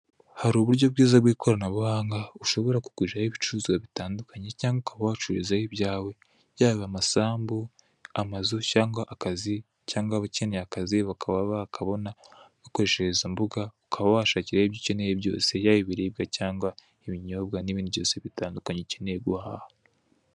Hari uburyo bwiza bw'ikoranabuhanga ushobora kuguriraho ibicuruzwa bitandukanye cyangwa ukaba wacururizaho ibyawe, yaba amasambu, amazu cyangwa akazi cyangwa waba ukeneye akazi bakaba bakabona bakoresheje izo mbuga, ukaba washakiraho ibyo ukeneye byose, yaba ibiribwa cyangwa ibinyobwa n'ibindi byose bitandukanye ukeneye guhaha.